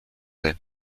lait